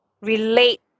relate